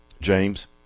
James